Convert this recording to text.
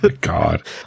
God